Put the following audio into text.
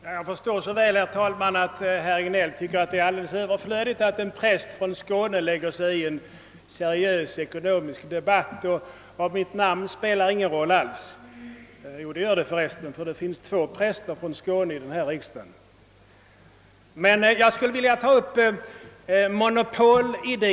Herr talman! Jag förstår så väl att herr Hagnell tycker att det är alldeles överflödigt att en präst från Skåne lägger sig i en seriös ekonomisk debatt — och mitt namn spelar ingen roll alls. Jo, det gör det för resten ty det finns två präster från Skåne i riksdagen. Jag skulle vilja ta upp monopolidén.